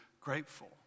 grateful